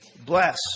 bless